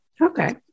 Okay